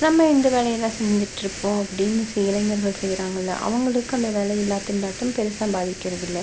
நம்ம இந்த வேலையெல்லாம் செஞ்சிட்டுருப்போம் அப்படின்னு சில இளைஞர்கள் செய்கிறாங்கள்ல அவங்களுக்கு அந்த வேலையில்லா திண்டாட்டம் பெருசாக பாதிக்கிறதில்லை